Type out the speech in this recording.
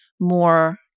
more